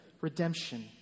redemption